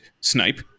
snipe